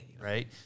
right